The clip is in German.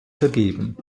vergeben